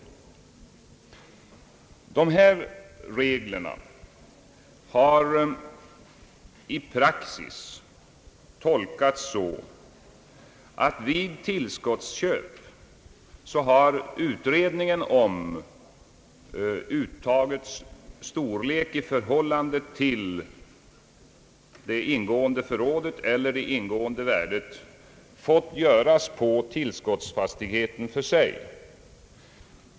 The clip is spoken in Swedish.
Dessa regler har i praxis tolkats så, att vid tillskottsköp har utredningen om uttagets storlek i förhållande till det ingående förrådet eller det ingående värdet fått göras på tillskottsfastigheten för sig.